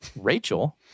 rachel